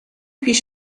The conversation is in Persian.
پیش